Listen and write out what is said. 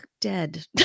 dead